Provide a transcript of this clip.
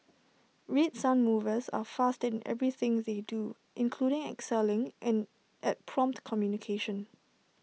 red sun movers are fast in everything they do including excelling in at prompt communication